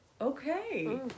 Okay